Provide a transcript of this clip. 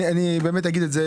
אדוני.